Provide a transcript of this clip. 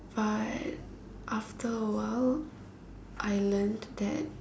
but after a while I learnt that